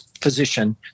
position